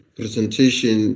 presentation